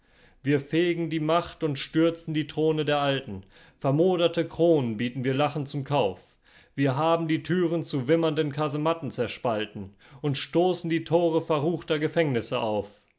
wir fegen die macht und stürzen die throne der alten vermoderte kronen bieten wir lachend zu kauf wir haben die türen zu wimmernden kasematten zerspalten und stoßen die tore verruchter gefängnisse auf